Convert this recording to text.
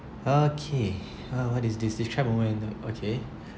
okay uh what is this describe a moment okay